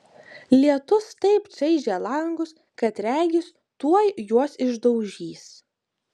lietus taip čaižė langus kad regis tuoj juos išdaužys